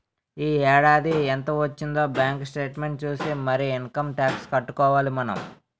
ఈ ఏడాది ఎంత వొచ్చిందే బాంకు సేట్మెంట్ సూసి మరీ ఇంకమ్ టాక్సు కట్టుకోవాలి మనం